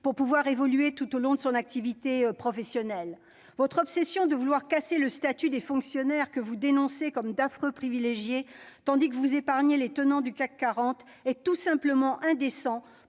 fonctionnaires d'évoluer tout au long de leur activité professionnelle. Votre obsession de vouloir casser le statut des fonctionnaires, que vous dénoncez comme d'affreux privilégiés tandis que vous épargnez les tenants du CAC 40, est tout simplement indécente